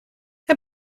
het